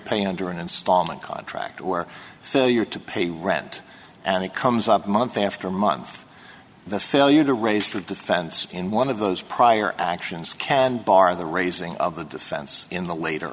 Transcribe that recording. pay under an installment contract or failure to pay rent and it comes up month after month the failure to raise the defense in one of those prior actions can bar the raising of the defense in the later